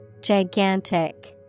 Gigantic